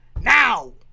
now